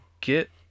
get